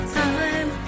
time